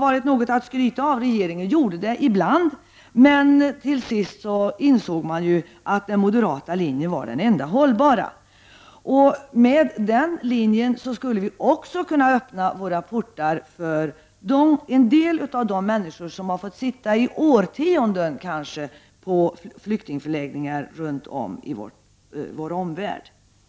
var något att skryta över — regeringen gjorde det ibland — men till sist insåg även regeringen att den moderata linjen var den enda hållbara. Med den linjen skulle vi också kunna öppna våra portar för en del av de människor som har fått sitta kanske i årtionden på flyktingförläggningar i vår omvärld.